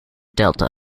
delta